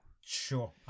Sure